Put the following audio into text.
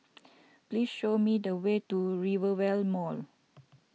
please show me the way to Rivervale Mall